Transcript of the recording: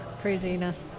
craziness